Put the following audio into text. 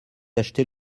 acheter